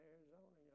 Arizona